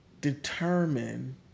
determine